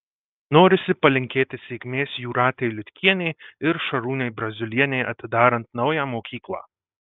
norisi palinkėti sėkmės jūratei liutkienei ir šarūnei braziulienei atidarant naują mokyklą